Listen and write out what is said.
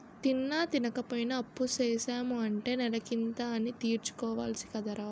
తిన్నా, తినపోయినా అప్పుసేసాము అంటే నెలకింత అనీ తీర్చుకోవాలి కదరా